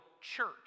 church